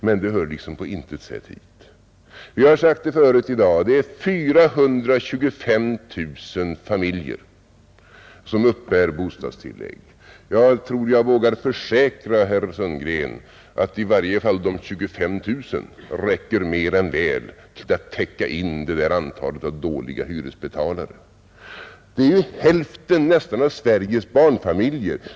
Men det hör på intet sätt hit. Jag har sagt förut i dag att det är 425 000 familjer, som uppbär bostadstillägg. Jag tror jag vågar försäkra herr Sundgren om att i varje fall de 25 000 mer än väl räcker till att täcka in antalet dåliga hyresbetalare, Det gäller i övrigt nästan hälften av Sveriges barnfamiljer.